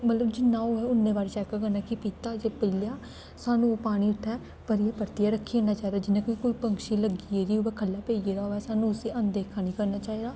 मतलब जि'न्ना होवै उ'न्ने बारी चैक्क करना कि पीता जां पी लेआ सानूं ओह् पानी उत्थै भरियै परतियै रक्खी ओड़ना चाहिदा जियां कि कोई पंछी गी लग्गी गेदी होए खल्लै पेई गेदा एह्दा होऐ सानूं उस्सी अनदेखा नेईं करना चाहिदा